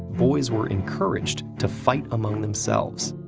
boys were encouraged to fight among themselves,